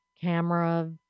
camera